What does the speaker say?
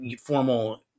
formal